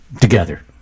Together